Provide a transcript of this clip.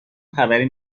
خبری